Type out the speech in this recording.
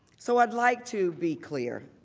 so i would like to be clear.